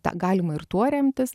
tą galima ir tuo remtis